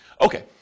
Okay